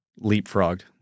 Leapfrogged